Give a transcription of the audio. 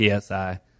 PSI